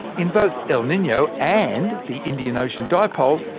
in both el nino and the indian ocean dipole,